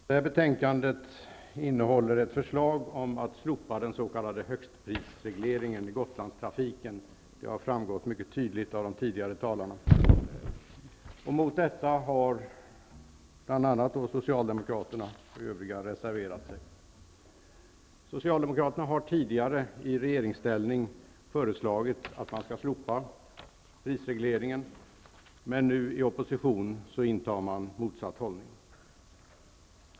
Fru talman! Det här betänkandet innehåller ett förslag om att slopa den s.k. högstprisregleringen i Gotlandstrafiken. Det har framgått mycket tydligt av de tidigare talarna. Mot detta förslag har bl.a. Socialdemokraterna har tidigare, i regeringsställning, föreslagit att prisregleringen skall slopas. Men nu, i opposition, intar de en motsatt hållning.